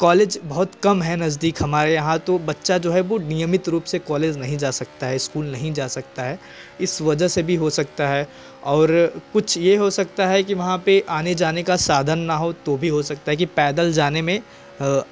college बहुत कम है नज़दीक हमारे यहाँ तो बच्चा जो है नयमित रूप से कालेज नहीं जा सकता है इस्कूल नहीं जा सकता है इस वजह से भी हो सकता है और कुछ यह हो सकता है की वहाँ पर आने जाने का साधन न हो तो भी हो सकता है की पैदल जाने में